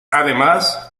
además